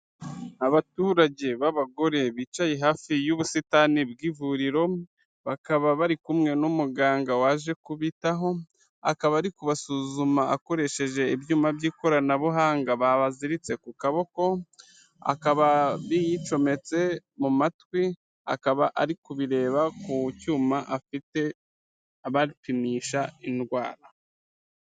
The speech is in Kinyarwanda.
Abaturage b'abagore bicaye hafi y'ubusitani bw'ivuriro bakaba bari kumwe n'umuganga waje kubitaho akaba ari kubasuzuma akoresheje ibyuma by'ikoranabuhanga babaziritse ku kaboko akaba bicometse mu matwi akaba ari kubireba ku cyuma afite abapimisha indwara.